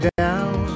down